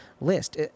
list